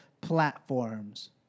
platforms